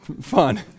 Fun